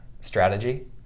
strategy